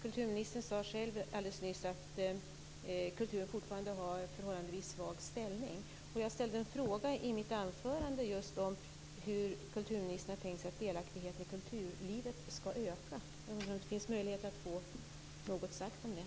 Kulturministern sade själv alldeles nyss att kulturen fortfarande har en förhållandevis svag ställning. Jag ställde en fråga i mitt anförande om hur kulturministern har tänkt sig att delaktigheten i kulturlivet skall öka. Jag undrar om det finns möjlighet att få något sagt om det.